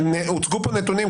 הוצגו פה נתונים,